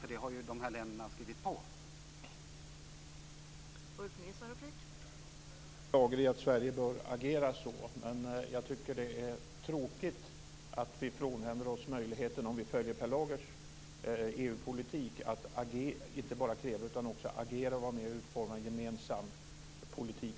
För de här länderna har ju skrivit under på dessa.